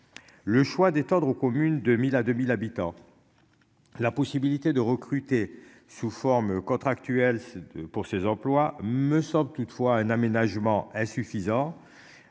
Le choix d'étendre aux communes de 1000 à 2000 habitants. La possibilité de recruter sous forme contractuelle pour ces employes me semble toutefois un aménagement insuffisant.